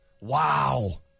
Wow